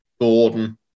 Gordon